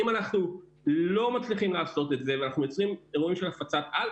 אם אנחנו לא מצליחים לעשות את זה ואנחנו יוצרים אירועים של הפצת על,